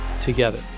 together